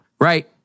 right